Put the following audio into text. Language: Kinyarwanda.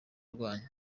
rwanyu